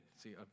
See